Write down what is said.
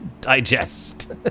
Digest